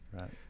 Right